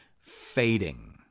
fading